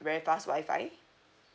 very fast WI-FI